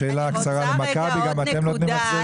שאלה קצרה ללאומית גם אתם נותנים החזרים?